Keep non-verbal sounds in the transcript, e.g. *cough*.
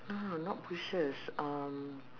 no no not bushes um *noise*